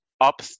up